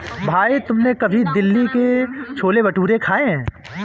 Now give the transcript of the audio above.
भाई तुमने कभी दिल्ली के छोले भटूरे खाए हैं?